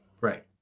Right